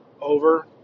over